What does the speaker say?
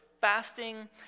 fasting